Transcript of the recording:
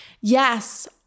yes